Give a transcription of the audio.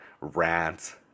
rant